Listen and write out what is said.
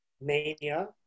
mania